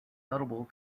notable